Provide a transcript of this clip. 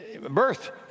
Birth